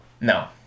No